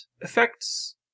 effects